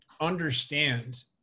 understand